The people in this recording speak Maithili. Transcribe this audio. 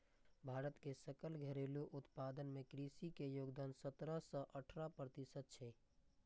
भारत के सकल घरेलू उत्पादन मे कृषि के योगदान सतरह सं अठारह प्रतिशत छै